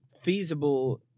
feasible